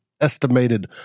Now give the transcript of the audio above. estimated